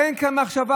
אין כאן מחשבה.